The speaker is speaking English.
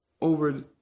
over